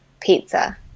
Pizza